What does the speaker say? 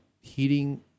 heating